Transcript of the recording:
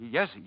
Yes